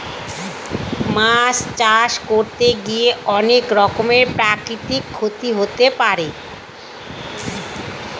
মাছ চাষ করতে গিয়ে অনেক রকমের প্রাকৃতিক ক্ষতি হতে পারে